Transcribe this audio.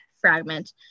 fragment